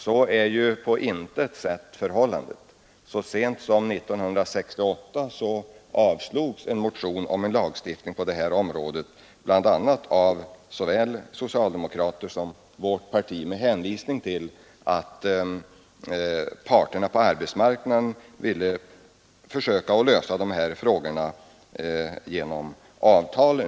Så är ju på intet sett förhållandet. Så sent som 1968 avslogs en motion av bl.a. socialdemokrater och representanter för vårt parti om lagstiftning med hänvisning till att parterna på arbetsmarknaden ville försöka lösa frågorna genom avtal.